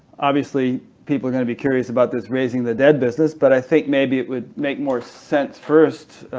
obviously people are going to be curious about this raising the dead business, but i think maybe it would make more sense first,